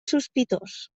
sospitós